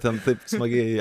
ten taip smagiai